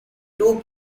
two